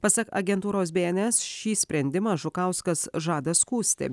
pasak agentūros bns šį sprendimą žukauskas žada skųsti